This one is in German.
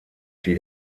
die